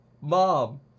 mom